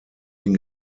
den